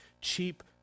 cheap